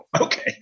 Okay